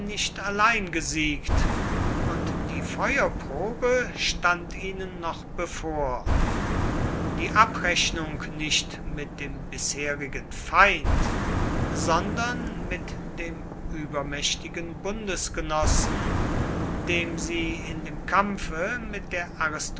nicht allein gesiegt und die feuerprobe stand ihnen noch bevor die abrechnung nicht mit dem bisherigen feind sondern mit dem übermächtigen bundesgenossen dem sie in dem kampfe mit der